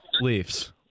Leafs